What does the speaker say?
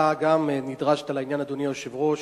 אתה גם נדרשת לעניין, אדוני היושב-ראש,